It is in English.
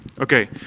okay